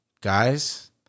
guys